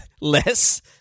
less